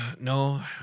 No